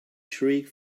shriek